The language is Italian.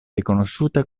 riconosciute